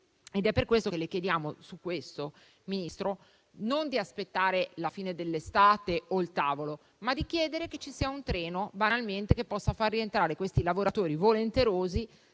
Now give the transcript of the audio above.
loro. Per questo le chiediamo, signor Ministro, non di aspettare la fine dell'estate o il tavolo, ma di chiedere che ci sia un treno che possa far rientrare questi lavoratori volenterosi